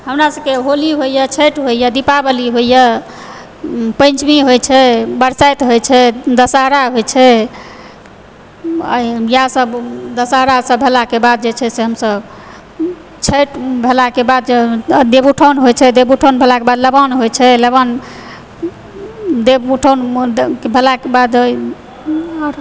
हमरा सभकेँ होली होइया छठि होइया दीपावली होइया पञ्चमी होइ छै बरसाति होइ छै दशहरा होइ छै आर इएह सब दशहराके भेलाके बाद हमसब छठि भेलाके बाद देवउठाउन होइ छै देवउठाउन भेलाके बाद लवाण होइ छै लवाण देवउठाउन भेलाके बाद